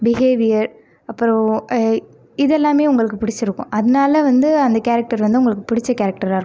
behaviour அப்புறம் இதெல்லாமே உங்களுக்கு பிடிச்சுருக்கும் அதனால் வந்து அந்த கேரக்டர் வந்து உங்களுக்கு பிடித்த கேரக்டராக இருக்கும்